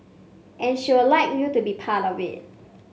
and she'd like you to be a part of it